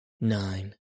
nine